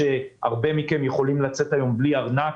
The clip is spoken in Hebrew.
רבים מכם יכולים לצאת היום בלי ארנק,